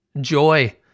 joy